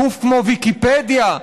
אנחנו צריכים להגן על גוף כמו ויקיפדיה,